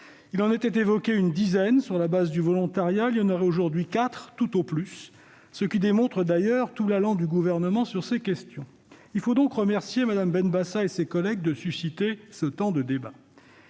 Il en était évoqué une dizaine, sur la base du volontariat ; il y en aurait aujourd'hui quatre tout au plus, ce qui montre d'ailleurs tout l'allant du Gouvernement sur ces questions. Il faut donc remercier Mme Benbassa et ses collègues d'avoir suscité ce temps de débat.